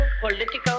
political